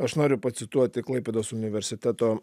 aš noriu pacituoti klaipėdos universiteto